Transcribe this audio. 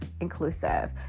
inclusive